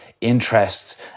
interests